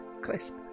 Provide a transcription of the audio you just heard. Christ